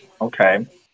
Okay